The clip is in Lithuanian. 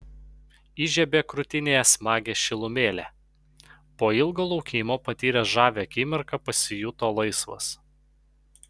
įžiebė krūtinėje smagią šilumėlę po ilgo laukimo patyręs žavią akimirką pasijuto laisvas